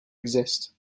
exist